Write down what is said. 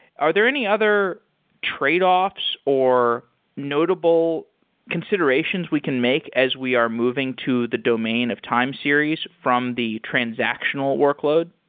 are there any other tradeoffs or notable considerations we can make as we are moving to the domain of time series from the transactional workload?